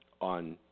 on